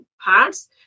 parts